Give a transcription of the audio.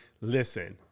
listen